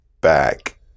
back